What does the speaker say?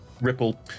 Ripple